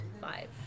five